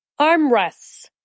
Armrests